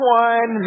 one